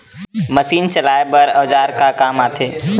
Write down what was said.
Machine चलाए बर औजार का काम आथे?